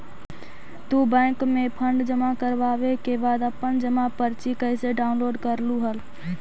तू बैंक में फंड जमा करवावे के बाद अपन जमा पर्ची कैसे डाउनलोड करलू हल